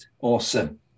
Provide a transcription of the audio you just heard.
Awesome